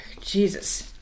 Jesus